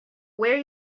where